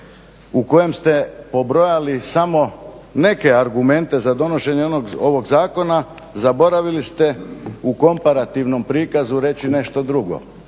u kojem ste pobrojali samo neke argumente za donošenje ovog zakona, zaboravili ste u komparativnom prikazu reći nešto drugo.